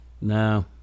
No